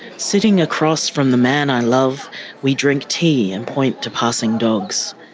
sitting across from the man i love we drink tea and point to passing dogs.